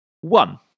One